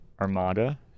Armada